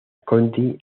conti